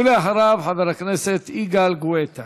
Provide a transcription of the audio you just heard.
ואחריו, חבר הכנסת יגאל גואטה.